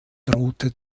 drohte